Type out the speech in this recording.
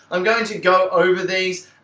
i'm going to go over these.